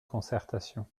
concertation